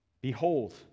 Behold